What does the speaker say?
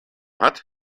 hat